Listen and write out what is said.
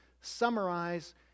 summarize